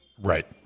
Right